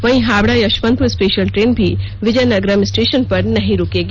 वहीं Howrah Yesvantpur special train भी Vizianagaram station पर नहीं रूकेगी